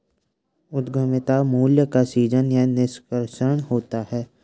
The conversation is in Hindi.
उद्यमिता मूल्य का सीजन या निष्कर्षण होता है